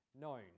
known